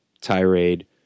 tirade